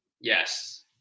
yes